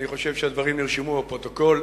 אני חושב שהדברים נרשמו בפרוטוקול,